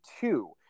two